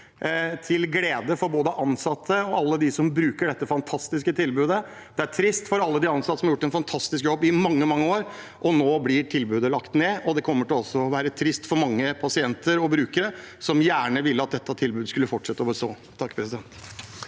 til glede for både ansatte og alle dem som bruker dette fantastiske tilbudet. Det er trist for alle de ansatte som har gjort en fantastisk jobb i mange år, for nå blir tilbudet lagt ned. Det kommer også til å være trist for mange pasienter og brukere som gjerne vil at dette tilbudet skal fortsette å bestå. Frank Edvard